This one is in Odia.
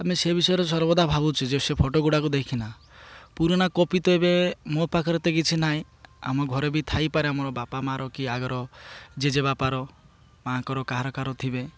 ଆମେ ସେ ବିଷୟରେ ସର୍ବଦା ଭାବୁଛେ ଯେ ସେ ଫଟୋଗୁଡ଼ାକ ଦେଖି ପୁରୁଣା କପି ତ ଏବେ ମୋ ପାଖରେ ତ କିଛି ନାହିଁ ଆମ ଘରେ ବି ଥାଇପାରେ ଆମର ବାପା ମାଆର କି ଆଗର ଜେଜେବାପାର ମାଆଙ୍କର କାହାର କହାର ଥିବ